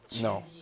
no